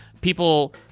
people